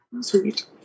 Sweet